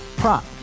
Prop